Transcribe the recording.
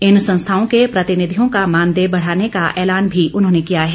इन संस्थाओं के प्रतिनिधियों का मानदेय बढ़ाने का ऐलान भी उन्होंने किया है